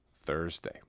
Thursday